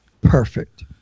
perfect